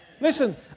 Listen